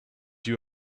you